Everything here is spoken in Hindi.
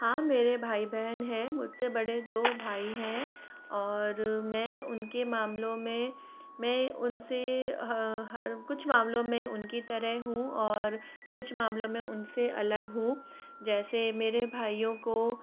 हाँ मेरे भाई बहन हैं मुझ से बड़े दो भाई हैं और मैं उन के मामलों में मैं उन से कुछ मामलों में उन की तरह हूँ और कुछ मामलों में उन से अलग हूँ जैसे मेरे भाइयों को